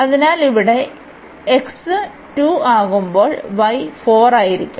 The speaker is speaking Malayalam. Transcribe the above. അതിനാൽ ഇവിടെ x 2 ആകുമ്പോൾ y 4 ആയിരിക്കും